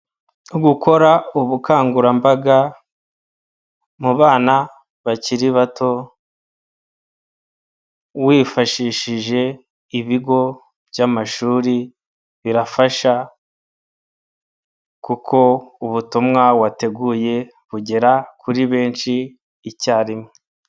Gukora ubukangurambaga mu bana bakiri bato wifashishije ibigo by'amashuri birafasha kuko ubutumwa wateguye bugera kuri benshi icyarimwe.